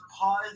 pause